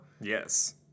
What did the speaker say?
Yes